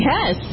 Yes